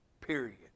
Period